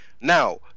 Now